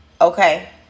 okay